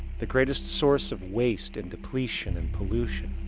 the greatest source of waste, and depletion and pollution,